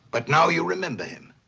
but now you remember him?